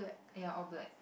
ya all black